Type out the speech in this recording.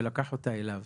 ולקח אותה אליו.